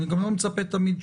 אני גם לא תמיד מצפה לתשובה